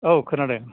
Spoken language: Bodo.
औ खोनादों